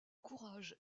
courage